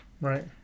Right